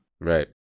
Right